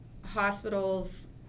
hospitals